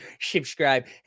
subscribe